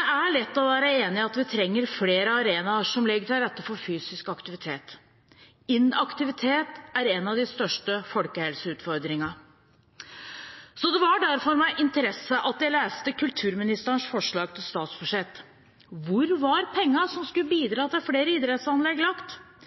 er lett å være enig i at vi trenger flere arenaer som legger til rette for fysisk aktivitet. Inaktivitet er en av de største folkehelseutfordringene. Det var derfor med interesse jeg leste kulturministerens forslag til statsbudsjett. Hvor var pengene som skulle bidra til flere idrettsanlegg, lagt?